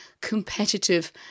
competitive